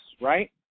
right